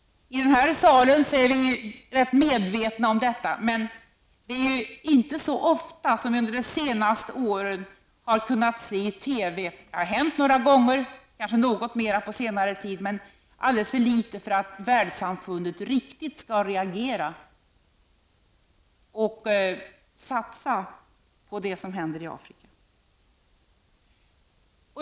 I denna sal är vi rätt medvetna om läget. Men under de senaste åren har vi inte så ofta kunnat följa denna situation i TV. Det har hänt några gånger, kanske något mera på senare tid, men det har varit alldeles för litet för att världssamfundet riktigt skall reagera och satsa när det gäller det som händer i Afrika.